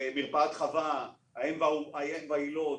במרפאת חווה, האם והילוד,